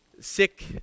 sick